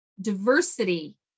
diversity